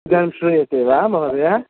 इदानीं श्रूयते वा महोदय